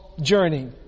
journey